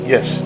Yes